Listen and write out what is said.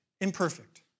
imperfect